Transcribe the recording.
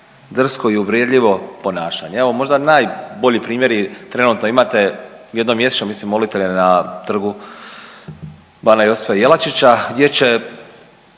drsko i uvredljivo ponašanje. Evo možda najbolji primjeri trenutno imate jednom mjesečno mislim molitelje na Trgu bana Josipa Jelačića gdje će